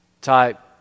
type